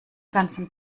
ganzen